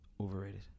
overrated